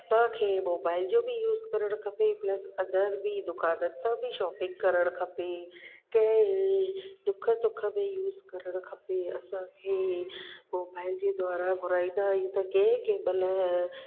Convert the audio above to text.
असांखे मोबाइल जो बि यूस करणु खपे प्लस अंदर बि दुकाननि सां बि शॉपिंग करणु खपे कंहिं दुख सुख में यूस करण खपे असांखे मोबाइल जे द्वारा घुराईंदा आहियूं त कंहिं कंहिं महिल